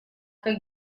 как